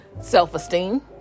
self-esteem